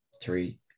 three